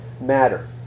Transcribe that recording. matter